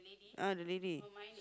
ah the lady